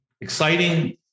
exciting